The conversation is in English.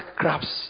crabs